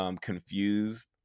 confused